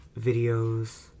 videos